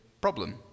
problem